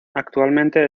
actualmente